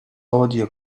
audio